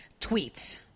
tweets